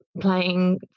playing